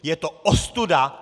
Je to ostuda!